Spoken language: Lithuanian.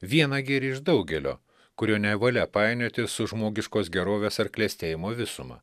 vieną gėrį iš daugelio kurio nevalia painioti su žmogiškos gerovės ar klestėjimo visuma